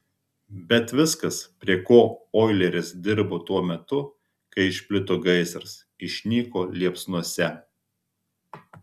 bet viskas prie ko oileris dirbo tuo metu kai išplito gaisras išnyko liepsnose